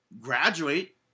graduate